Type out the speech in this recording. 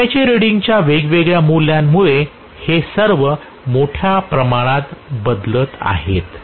armature रीडिंगच्या वेगवेगळ्या मूल्यांमुळे ते सर्व मोठ्या प्रमाणात बदलत आहेत